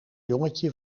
jongetje